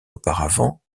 auparavant